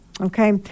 Okay